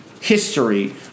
history